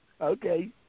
Okay